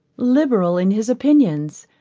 liberal in his opinions,